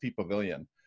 Pavilion